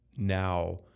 Now